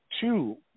two